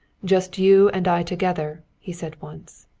just you and i together! he said once.